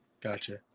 Gotcha